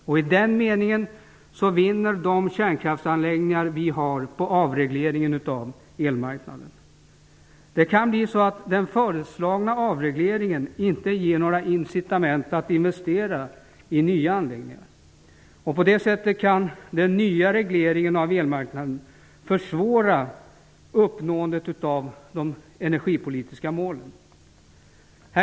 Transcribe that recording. I den meningen vinner de kärnkraftsanläggningar som vi har på avregleringen av elmarknaden. Det kan bli så att den föreslagna avregleringen inte ger några incitament att investera i nya anläggningar. På så sätt kan den nya regleringen av elmarknaden försvåra uppnåendet av de energipolitiska målen.